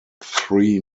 three